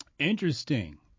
Interesting